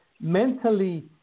mentally